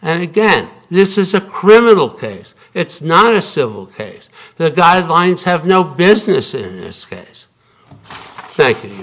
and again this is a criminal case it's not a civil case the guidelines have no business in this case